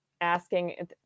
asking